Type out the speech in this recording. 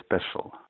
special